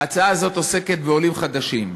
ההצעה הזאת עוסקת בעולים חדשים.